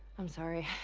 i'm sorry.